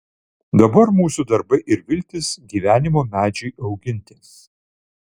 dabar mūsų darbai ir viltys gyvenimo medžiui auginti